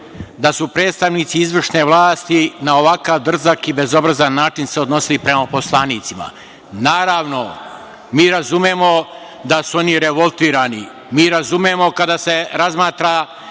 da su se predstavnici izvršne vlasti na ovakav drzak i bezobrazan način odnosili prema poslanicima. Naravno, mi razumemo da su oni revoltirani, mi razumemo kada se razmatra